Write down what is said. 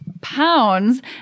pounds